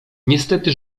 niestety